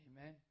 Amen